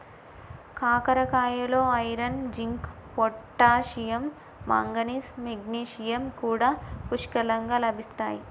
కాకరకాయలో iron, zinc, potassium, manganese, magnesium కూడా పుష్కలంగా లభిస్తాయి